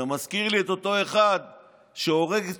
זה מזכיר לי את אותו אחד שהורג את